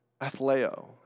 athleo